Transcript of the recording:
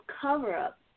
cover-up